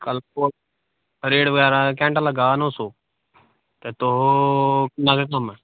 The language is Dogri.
कल्ल रेट बगैरा घैंटे दा लग्गा दा नौ सौ ते तुस किन्ना क कम्म ऐ